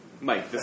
Mike